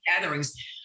gatherings